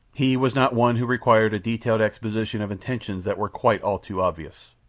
he was not one who required a detailed exposition of intentions that were quite all too obvious.